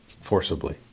forcibly